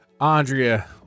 Andrea